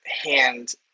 hand